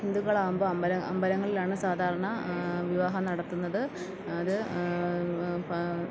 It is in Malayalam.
ഹിന്ദുക്കളാകുമ്പോൾ അമ്പലം അമ്പലങ്ങളിലാണ് സാധാരണ വിവാഹം നടത്തുന്നത് അത്